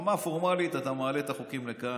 ברמה הפורמלית אתה מעלה את החוקים לכאן,